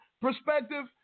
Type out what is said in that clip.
perspective